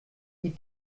die